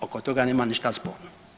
Oko toga nema ništa sporno.